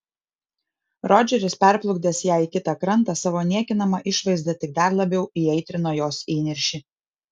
rodžeris perplukdęs ją į kitą krantą savo niekinama išvaizda tik dar labiau įaitrino jos įniršį